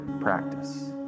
practice